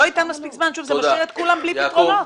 זה משאיר את כולם בלי פתרונות.